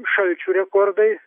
šalčių rekordai